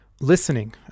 listening